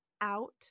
out